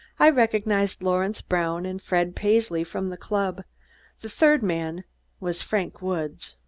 i recognized lawrence brown and fred paisley, from the club the third man was frank woods.